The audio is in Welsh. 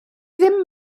ddim